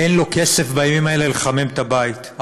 אין כסף בימים האלה לחמם את הבית,